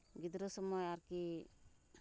ᱜᱤᱫᱽᱨᱟᱹ ᱥᱚᱢᱚᱭ ᱟᱨᱠᱤ